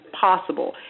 possible